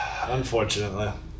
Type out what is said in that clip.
Unfortunately